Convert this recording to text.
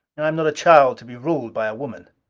i am not a child to be ruled by a woman!